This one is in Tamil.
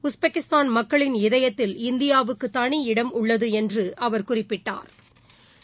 உஸ்பெக்கிஸ்தான் மக்களின் இதயத்தில் இந்தியாவுக்குதனி இடம் உள்ளதுள்ள்றுஅவர் குறிப்பிட்டா்